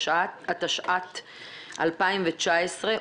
סיעת חד"ש-תע"ל לפי חוק הכנסת והתפלגות